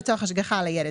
לצורך השגחה על הילד,